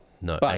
no